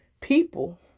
people